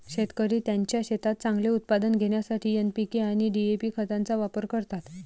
शेतकरी त्यांच्या शेतात चांगले उत्पादन घेण्यासाठी एन.पी.के आणि डी.ए.पी खतांचा वापर करतात